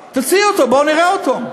תוציאו אותם, בואו נראה אותם.